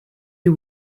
you